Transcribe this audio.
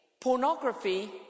pornography